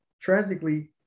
tragically